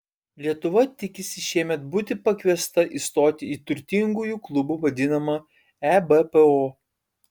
lietuva tikisi šiemet būti pakviesta įstoti į turtingųjų klubu vadinamą ebpo